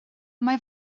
mae